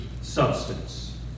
substance